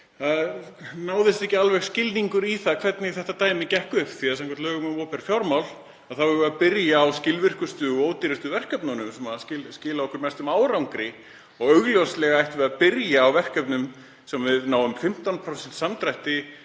náðist alveg skilningur á því hvernig þetta dæmi gengur upp því að samkvæmt lögum um opinber fjármál eigum við að byrja á skilvirkustu og ódýrustu verkefnunum sem skila okkur mestum árangri. Og augljóslega ættum við að byrja á verkefnum þar sem við náum 15% samdrætti